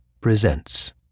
Presents